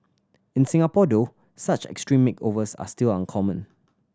in Singapore though such extreme makeovers are still uncommon